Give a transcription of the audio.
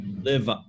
live